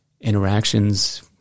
interactions